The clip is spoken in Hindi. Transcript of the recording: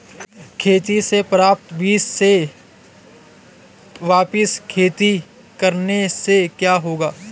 खेती से प्राप्त बीज से वापिस खेती करने से क्या होगा?